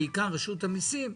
בעיקר רשות המסים,